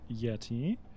Yeti